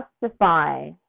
justify